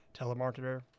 telemarketer